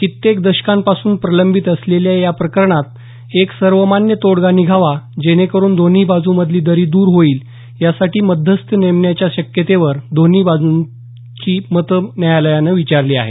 कित्येक दशकांपासून प्रलंबित असलेल्या या प्रकरणात एक सर्वमान्य तोडगा निघावा जेणे करून दोन्ही बाजूंमधली दरी दूर होईल यासाठी मध्यस्थ नेमण्याच्या शक्यतेवर दोन्ही बाजूंची मतं न्यायालयानं विचारली आहे